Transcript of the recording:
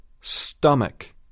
Stomach